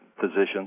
physicians